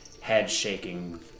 head-shaking